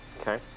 Okay